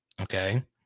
okay